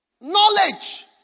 Knowledge